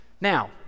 Now